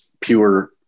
pure